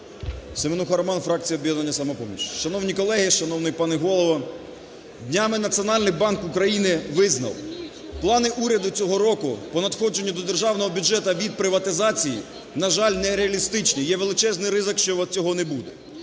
Семенуха Роман, фракція "Об'єднання "Самопоміч". Шановні колеги! Шановний пане Голово! Днями Національний банк України визнав: плани уряду цього року по надходженню до державного бюджету від приватизації, на жаль, нереалістичні, є величезний ризик, що цього не буде.